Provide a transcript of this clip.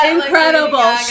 Incredible